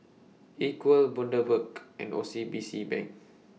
Equal Bundaberg and O C B C Bank